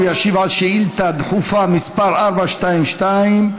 הוא ישיב על שאילתה דחופה מס' 423,